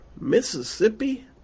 Mississippi